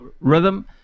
rhythm